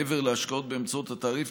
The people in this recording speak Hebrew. מעבר להשקעות באמצעות התעריף,